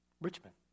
Richmond